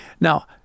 Now